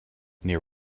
near